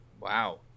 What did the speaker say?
Wow